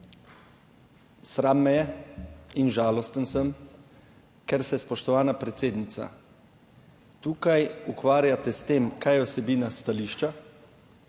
sram me je in žalosten sem, ker se, spoštovana predsednica, tukaj ukvarjate s tem, kaj je vsebina stališča,